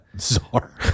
czar